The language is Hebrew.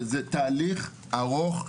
זה תהליך ארוך,